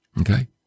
Okay